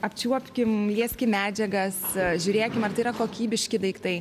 apčiuopkim lieskim medžiagas žiūrėkim ar tai yra kokybiški daiktai